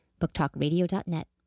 booktalkradio.net